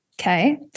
Okay